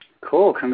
Cool